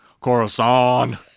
corazon